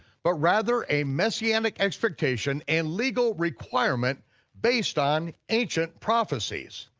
but rather a messianic expectation and legal requirement based on ancient prophecies.